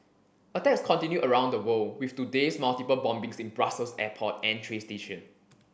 attacks continue around the world with today's multiple bombings in Brussels airport and train station